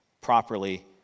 properly